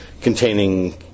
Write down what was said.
containing